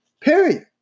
period